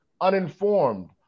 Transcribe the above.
uninformed